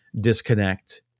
disconnect